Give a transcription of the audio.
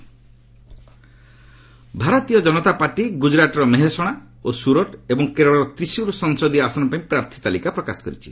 BJP list Bharatiya Janata party ଗ୍ରଜରାଟର ମେହେସଣା ଓ ସ୍ୱରଟ ଏବଂ କେରଳର ତ୍ରିଶ୍ୱର ସଂସଦୀୟ ଆସନ ପାଇଁ ପ୍ରାର୍ଥୀ ତାଲିକା ପ୍ରକାଶ କରିଛି